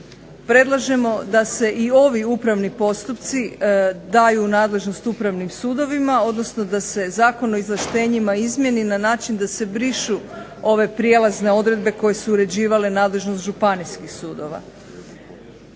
predlažemo da se i ovi upravni postupci daju u nadležnost upravnim sudovima odnosno da se Zakon o izvlaštenjima izmijeni na način da se brišu ove prijelazne odredbe koje su uređivale nadležnost županijskih sudova.